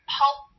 help